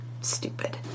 stupid